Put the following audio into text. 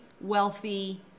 wealthy